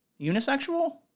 Unisexual